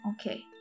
Okay